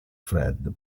fred